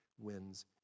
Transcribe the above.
wins